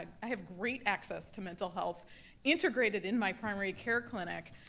i have great access to mental health integrated in my primary care clinic.